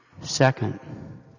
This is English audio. Second